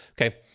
Okay